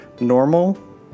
normal